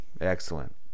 excellent